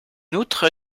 outre